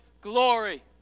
glory